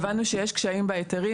הבנו שיש קשיים בהיתרים,